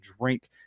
drink